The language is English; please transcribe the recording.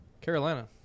Carolina